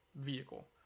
vehicle